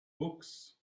books